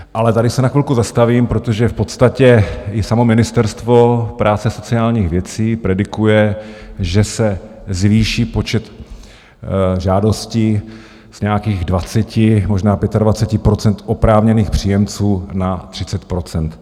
Ale tady se na chvilku zastavím, protože v podstatě i samo Ministerstvo práce sociálních věcí predikuje, že se zvýší počet žádostí z nějakých 20, možná 25 % oprávněných příjemců na 30 %.